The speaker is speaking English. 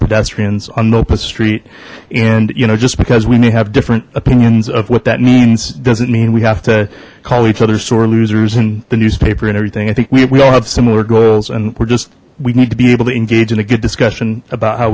pedestrians on locust street and you know just because we may have different opinions of what that means doesn't mean we have to call each other sore losers in the newspaper and everything i think we all have similar goals and we're just we need to be able to engage in a good discussion about how